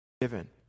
given